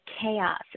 chaos